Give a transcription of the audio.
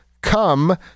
come